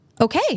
okay